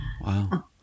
Wow